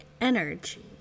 energy